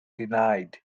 denied